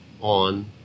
on